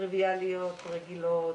טריביאליות רגילות